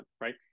right